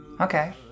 Okay